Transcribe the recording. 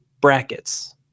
brackets